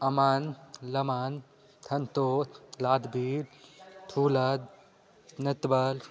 अमन लमन थंतोत लादबीर थुलद नतवल